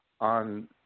on